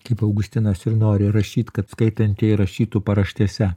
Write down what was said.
kaip augustinas ir nori rašyt kad skaitantieji rašytų paraštėse